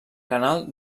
canal